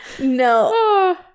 no